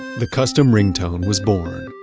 the custom ringtone was born,